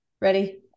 Ready